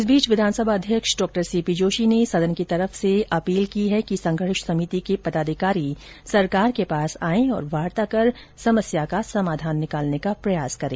इस बीच विधानसभा अध्यक्ष डॉ सीपी जोशी ने सदन की तरफ से अपील की है कि संघर्ष समिति के पदाधिकारी सरकार के पास आएं और वार्ता कर समस्या का समाधान निकालने का प्रयास करें